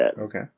Okay